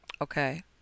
Okay